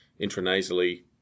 intranasally